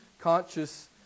conscious